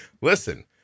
Listen